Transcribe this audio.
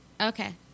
Okay